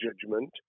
judgment